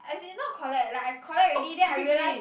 as in not collect like I collect already then I realised